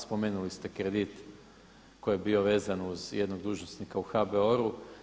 Spomenuli ste kredit koji je bio vezan uz jednog dužnosnika u HBOR-u.